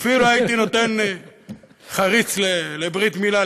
אפילו הייתי נותן חריץ לברית מילה,